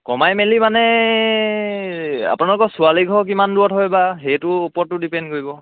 কমাই মেলি মানে আপোনালোকৰ ছোৱালী ঘৰ কিমান দূৰত হয় বা সেইটোৰ ওপৰতো ডিপেণ্ড কৰিব